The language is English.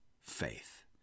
faith